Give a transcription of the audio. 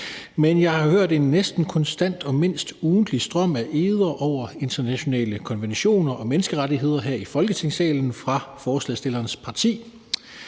at jeg har hørt en næsten konstant og mindst ugentlig strøm af eder over internationale konventioner og menneskerettigheder her i Folketingssalen fra forslagsstillernes parti.